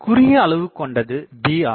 குறுகிய அளவு கொண்டது b ஆகும்